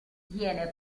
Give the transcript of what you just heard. viene